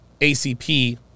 ACP